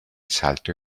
salto